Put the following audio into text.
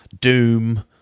Doom